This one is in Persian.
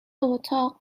اتاق